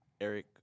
Eric